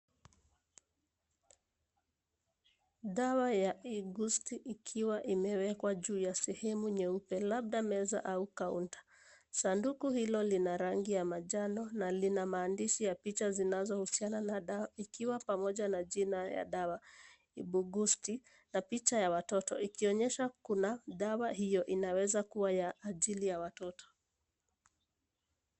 Dawa ya Ibugesic ikiwa imeekwa juu ya sehemu nyeupe, labda meza au counter . Sanduku hilo lina rangi ya manjano na lina maandishi ya picha zinazohusiana na dawa, ikiwa pamoja na jina ya dawa; Ibugesic, na picha ya watoto ikionyesha kuna dawa hio inaweza kua ya ajili ya watoto.